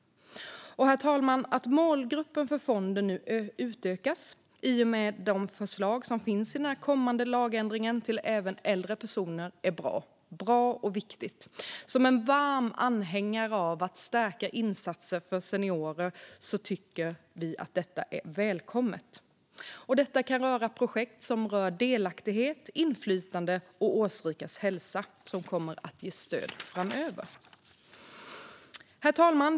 Herr talman! Att målgruppen för fonden nu, i och med den föreslagna kommande lagändringen, utökas även till äldre personer är bra och viktigt. Som en varm anhängare av att stärka insatser för seniorer tycker vi att detta är välkommet. Det kan vara projekt som rör delaktighet, inflytande och årsrikas hälsa som ges stöd framöver. Herr talman!